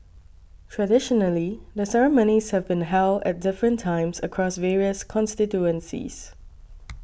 traditionally the ceremonies have been held at different times across various constituencies